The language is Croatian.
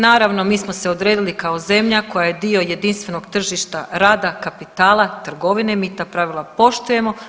Naravno mi smo se odredili kao zemlja koja je dio jedinstvenog tržišta rada, kapitala, trgovine, mi ta pravila poštujemo.